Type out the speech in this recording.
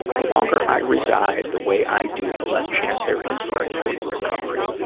the longer i reside the way i do, the less chance there is for a total recovery.